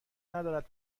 ندارد